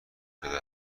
شده